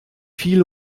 viel